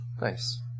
Nice